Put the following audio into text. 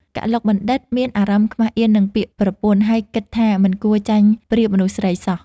កឡុកបណ្ឌិត្យ មានអារម្មណ៍ខ្មាសអៀននឹងពាក្យប្រពន្ធ ហើយគិតថាមិនគួរចាញ់ប្រៀបមនុស្សស្រីសោះ។